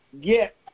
get